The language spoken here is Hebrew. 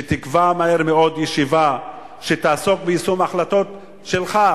שתקבע מהר מאוד ישיבה שתעסוק ביישום ההחלטות שלך,